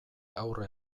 aurre